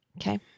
Okay